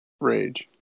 Rage